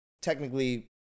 technically